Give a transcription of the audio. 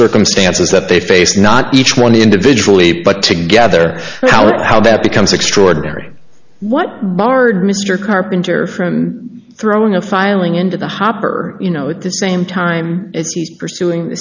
circumstances that they face not each one individually but together how it how that becomes extraordinary what marred mr carpenter from throwing a filing into the hopper you know at the same time pursuing